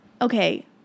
Okay